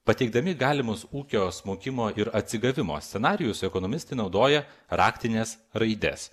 pateikdami galimus ūkio smukimo ir atsigavimo scenarijus ekonomistai naudoja raktinės raidės